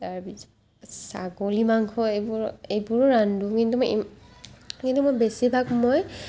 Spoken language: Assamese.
তাৰপিছত ছাগলী মাংস এইবোৰ এইবোৰো ৰান্ধোঁ কিন্তু মই কিন্তু মই বেছিভাগ মই